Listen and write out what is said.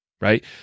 right